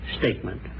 statement